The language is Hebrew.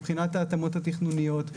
מבחינת ההתאמות התכנוניות,